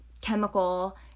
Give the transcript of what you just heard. chemical